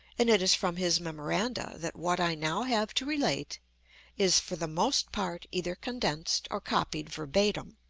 and it is from his memoranda that what i now have to relate is, for the most part, either condensed or copied verbatim.